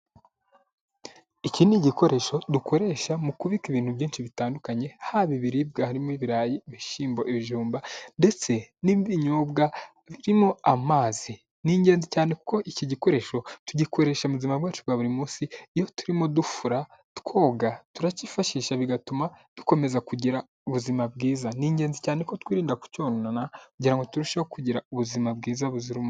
Iki ni igikoresho dukoresha mu kubika ibintu byinshi bitandukanye haba ibiribwa harimo; ibirayi, ibishyimbo, ibijumba ndetse n'ibinyobwa birimo amazi, ni ingenzi cyane kuko iki gikoresho tugikoresha mu buzima bwacu bwa buri munsi, iyo turimo dufura, twoga turakifashisha bigatuma dukomeza kugira ubuzima bwiza, ni ingenzi cyane ko twirinda kucyonona kugira ngo turusheho kugira ubuzima bwiza buzira umuze.